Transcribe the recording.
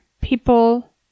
people